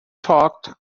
talked